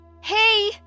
Hey